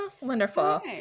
wonderful